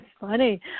funny